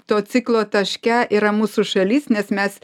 to ciklo taške yra mūsų šalis nes mes